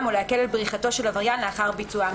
או להקל על בריחתו של עבריין לאחר ביצועם.